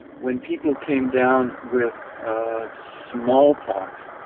when people came down with smallpox,